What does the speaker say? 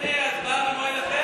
מאיר, הצבעה במועד אחר?